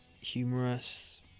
humorous